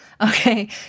Okay